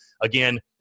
again